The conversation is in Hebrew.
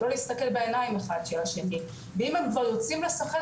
לא להסתכל בעיניים אחד של השני ואם הם כבר יוצאים לשחק,